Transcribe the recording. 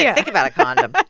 yeah think about a condom. but